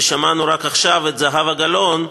ושמענו רק עכשיו את זהבה גלאון,